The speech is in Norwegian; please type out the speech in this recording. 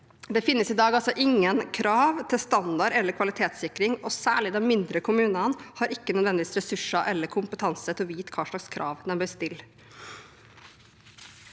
Det finnes i dag ingen krav til standard eller kvalitetssikring, og særlig de mindre kom munene har ikke nødvendigvis ressurser eller kompetanse til å vite hva slags krav de bør stille.